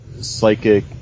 psychic